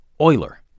Euler